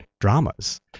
dramas